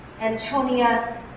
Antonia